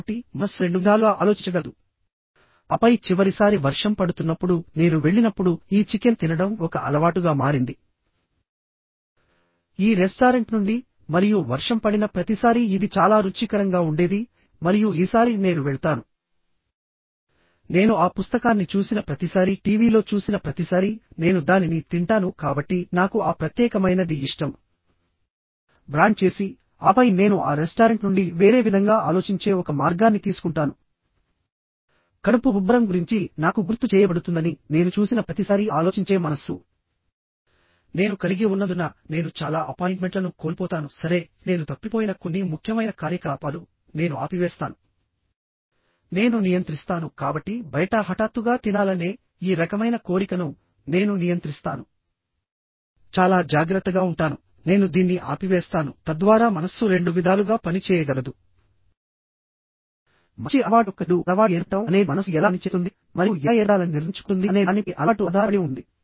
కాబట్టి మనస్సు రెండు విధాలుగా ఆలోచించగలదు ఆపై చివరిసారి వర్షం పడుతున్నప్పుడు నేను వెళ్ళినప్పుడు ఈ చికెన్ తినడం ఒక అలవాటుగా మారింది ఈ రెస్టారెంట్ నుండి మరియు వర్షం పడిన ప్రతిసారీ ఇది చాలా రుచికరంగా ఉండేది మరియు ఈసారి నేను వెళ్తాను నేను ఆ పుస్తకాన్ని చూసిన ప్రతిసారీ టీవీలో చూసిన ప్రతిసారీ నేను దానిని తింటాను కాబట్టి నాకు ఆ ప్రత్యేకమైనది ఇష్టం బ్రాండ్ చేసి ఆపై నేను ఆ రెస్టారెంట్ నుండి వేరే విధంగా ఆలోచించే ఒక మార్గాన్ని తీసుకుంటాను కడుపు ఉబ్బరం గురించి నాకు గుర్తు చేయబడుతుందని నేను చూసిన ప్రతిసారీ ఆలోచించే మనస్సు నేను కలిగి ఉన్నందున నేను చాలా అపాయింట్మెంట్లను కోల్పోతాను సరే నేను తప్పిపోయిన కొన్ని ముఖ్యమైన కార్యకలాపాలు నేను ఆపివేస్తాను నేను నియంత్రిస్తాను కాబట్టి బయట హఠాత్తుగా తినాలనే ఈ రకమైన కోరికను నేను నియంత్రిస్తాను చాలా జాగ్రత్తగా ఉంటాను నేను దీన్ని ఆపివేస్తాను తద్వారా మనస్సు రెండు విధాలుగా పనిచేయగలదు మంచి అలవాటు యొక్క చెడు అలవాటు ఏర్పడటం అనేది మనస్సు ఎలా పనిచేస్తుంది మరియు ఎలా ఏర్పడాలని నిర్ణయించుకుంటుంది అనే దానిపై అలవాటు ఆధారపడి ఉంటుంది